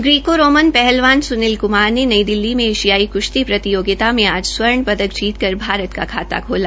Greco Roman पहलवान सुनील कुमार ने नई दिल्ली में एशियाई कुश्ती प्रतियोगिता में आज स्वर्ण पदक जीतकर भारत का खाता खोला